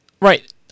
Right